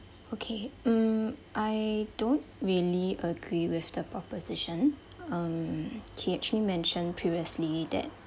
okay mm I don't really agree with the proposition um he mentioned previously that